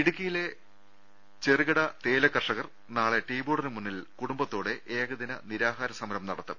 ഇടുക്കിയിലെ ചെറുകിട തേയില കർഷകർ നാളെ ടീബോർഡിന് മുന്നിൽ കൂടുംബത്തോടെ ഏകദിന നിരാഹാര സമരം നടത്തും